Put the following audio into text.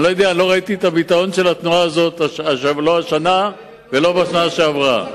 לא ראיתי את הביטאון של התנועה הזאת לא השנה ולא בשנה שעברה,